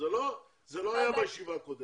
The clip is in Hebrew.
זה לא היה בישיבה הקודמת.